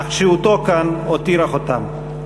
אך שהותו כאן הותירה חותם.